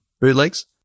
bootlegs